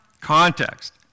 context